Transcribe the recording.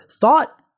thought